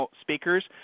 speakers